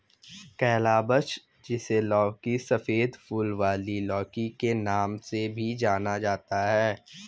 calabash, जिसे लौकी, सफेद फूल वाली लौकी के नाम से भी जाना जाता है